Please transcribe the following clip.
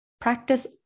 practice